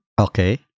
Okay